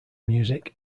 music